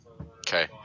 Okay